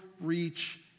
reach